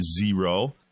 zero